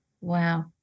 wow